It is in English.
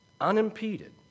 unimpeded